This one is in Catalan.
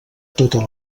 tota